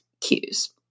cues